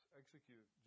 execute